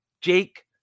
Jake